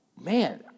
man